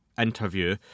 interview